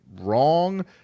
wrong